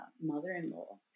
mother-in-law